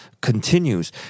continues